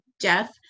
Jeff